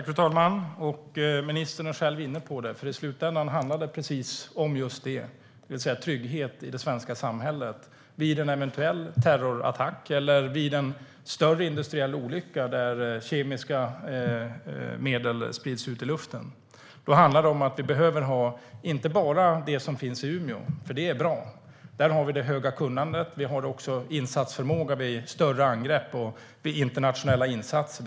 Fru talman! Ministern är själv inne på det. I slutänden handlar det om precis just det, det vill säga trygghet i det svenska samhället. Vid en eventuell terrorattack eller vid en större industriell olycka där kemiska medel sprids i luften behöver vi inte bara det som finns i Umeå. Det som finns där är bra. Där finns det stora kunnandet. Vi har insatsförmåga vid större angrepp och vid internationella insatser.